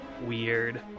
weird